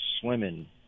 swimming